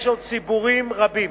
יש עוד ציבורים רבים